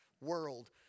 world